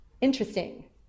interesting